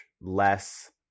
less